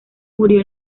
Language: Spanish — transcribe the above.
murió